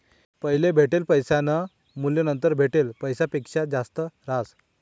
पैले भेटेल पैसासनं मूल्य नंतर भेटेल पैसासपक्सा जास्त रहास